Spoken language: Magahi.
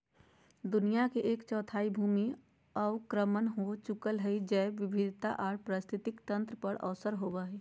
दुनिया के एक चौथाई भूमि अवक्रमण हो चुकल हई, जैव विविधता आर पारिस्थितिक तंत्र पर असर होवई हई